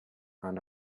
and